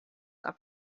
are